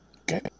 Okay